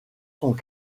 sont